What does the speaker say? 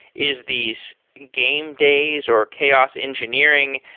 is these game days or chaos engineering,